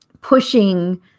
pushing